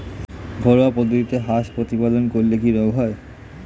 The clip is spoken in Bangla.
ঘরোয়া পদ্ধতিতে হাঁস প্রতিপালন করলে কি কি রোগ হয়?